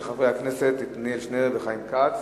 של חברי הכנסת עתניאל שנלר וחיים כץ.